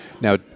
Now